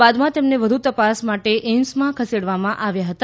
બાદમાં તેમને વધુ તપાસ માટે એઈમ્સમાં ખસેડવામાં આવ્યા હતા